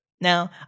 Now